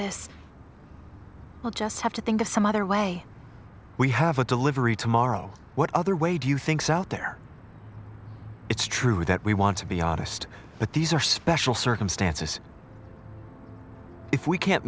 this we'll just have to think of some other way we have a delivery tomorrow what other way do you think so out there it's true that we want to be honest but these are special circumstances if we can't